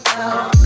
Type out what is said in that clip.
out